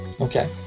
Okay